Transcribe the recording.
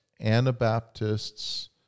Anabaptists